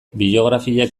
biografiak